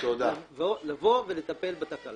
לבוא ולטפל בתקלה.